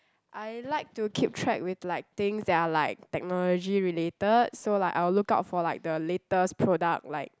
I like to keep track with like things that are like technology related so like I will look out for like the latest product like